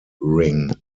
ring